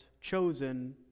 chosen